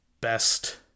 best